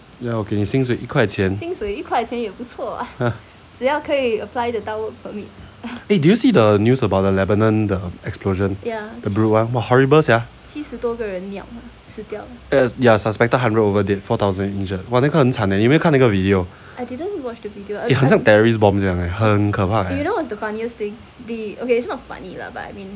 ya 我给你薪水一块钱 eh did you see the news about the lebanon the explosion the beirut !wah! horrible sia eh ya suspected hundred over died four thousand injured !wah! 那个很惨 leh 你有没有看那个 video eh 好像 terrorist bomb 这样 leh 很可怕 leh